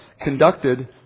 conducted